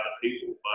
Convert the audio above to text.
people